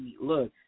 look